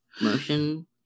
motion